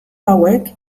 hauek